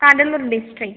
Cuddalore district